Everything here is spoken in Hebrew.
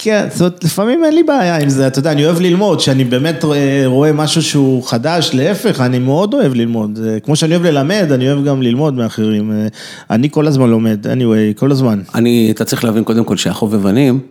כן, לפעמים אין לי בעיה עם זה, אתה יודע, אני אוהב ללמוד, כשאני באמת רואה משהו שהוא חדש, להפך, אני מאוד אוהב ללמוד. זה כמו שאני אוהב ללמד, אני אוהב גם ללמוד מאחרים. אני כל הזמן לומד, כל הזמן. אני, אתה צריך להבין קודם כל שהחובבנים.